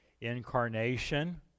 Incarnation